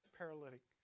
paralytic